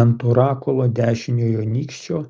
ant orakulo dešiniojo nykščio